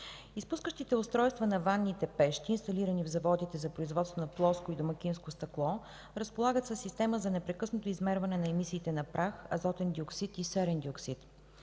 Изпускащите устройства на ванните пещи, инсталирани в заводите за производство на плоско и домакинско стъкло, разполагат със система за непрекъснато измерване на емисиите на прах, азотен диоксид и серен диоксид.